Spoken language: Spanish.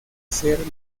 ser